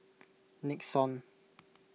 Nixon